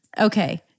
Okay